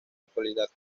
actualidad